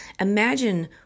Imagine